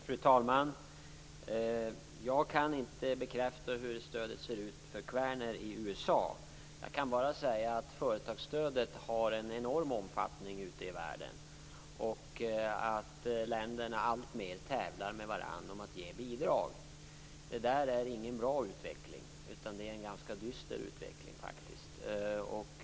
Fru talman! Jag kan inte bekräfta hur stödet ser ut för Kvaerner i USA. Jag kan bara säga att företagsstödet har en enorm omfattning ute i världen och att länderna alltmer tävlar med varandra om att ge bidrag. Det är ingen bra utveckling, utan det är faktiskt en ganska dyster utveckling.